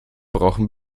brauchen